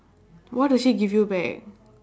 what does she give you back